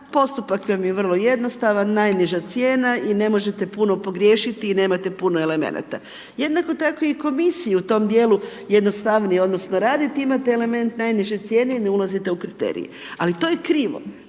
postupak vam je vrlo jednostavna, najniža cijena i ne možete puno pogriješiti i nemate puno elemenata. Jednako tako i komisiji u tom djelu jednostavnije je odnosno raditi, imate element najniže cijene i ne ulazite u kriterij ali to je krivo,